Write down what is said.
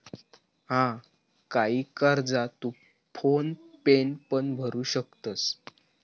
हा, काही कर्जा तू फोन पेन पण भरू शकतंस